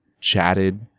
chatted